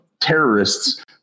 terrorists